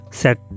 set